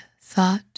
thought